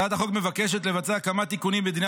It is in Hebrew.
הצעת החוק מבקשת לבצע כמה תיקונים בדיני